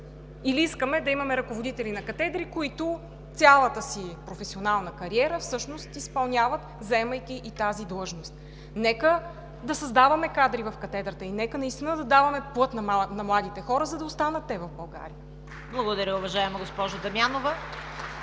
Или искаме да имаме ръководители на катедри, които цялата си професионална кариера изпълняват, заемайки и тази длъжност? Нека да създаваме кадри в катедрата и нека наистина да даваме път на младите хора, за да останат те в България! (Ръкопляскания от